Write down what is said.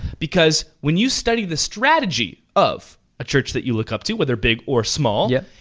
because when you study the strategy of a church that you look up to whether big or small. yep.